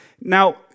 Now